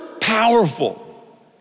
powerful